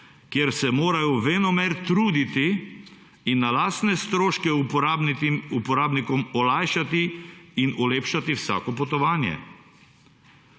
kjer se morajo venomer truditi in na lastne stroške uporabnikom olajšati in olepšati vsako potovanje.